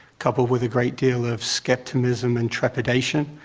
coupled with a great deal of scepticism and trepidation.